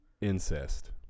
incest